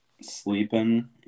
sleeping